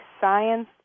science